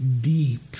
deep